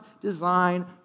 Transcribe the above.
design